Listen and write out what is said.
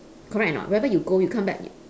correct or not wherever you go you come back